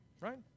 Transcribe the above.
right